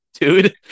dude